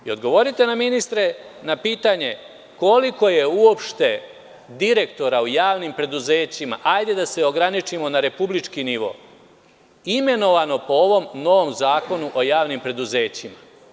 Odgovorite nam ministre na pitanje koliko je uopšte direktora u javnim preduzećima, ajde da se ograničimo na republički nivo, imenovano po ovom novom Zakonu o javnim preduzećima?